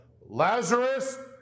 Lazarus